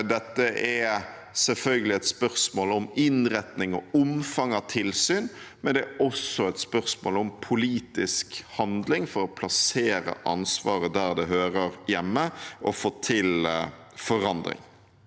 Det er selvfølgelig et spørsmål om innretning og omfang av tilsyn, men det er også et spørsmål om politisk handling for å plassere ansvaret der det hører hjemme og få til forandring.